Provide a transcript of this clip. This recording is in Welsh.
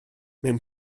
mewn